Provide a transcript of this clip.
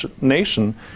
nation